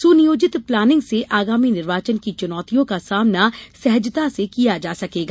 सुनियोजित प्लानिंग से आगामी निर्वाचन की चुनौतियों का सामना सहजता से किया जा सकेगा